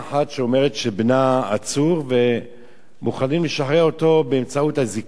שאומרת שבנה עצור ומוכנים לשחרר אותו באמצעות אזיקון,